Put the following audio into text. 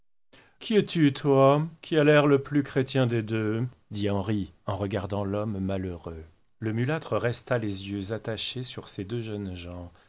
qui es-tu toi qui as l'air d'être le plus chrétien des deux dit henri en regardant l'homme malheureux le mulâtre resta les yeux attachés sur ces deux jeunes gens